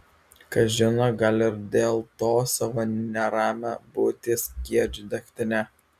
kas žino gal ir dėl to savo neramią būtį skiedžiu degtine